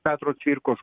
petro cvirkos